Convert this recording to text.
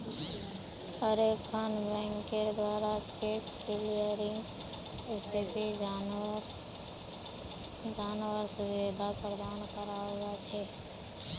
हर एकखन बैंकेर द्वारा चेक क्लियरिंग स्थिति जनवार सुविधा प्रदान कराल जा छेक